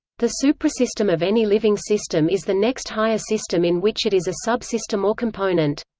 the suprasystem of any living system is the next higher system in which it is a subsystem or component.